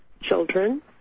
children